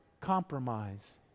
compromise